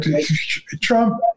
Trump